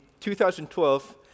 2012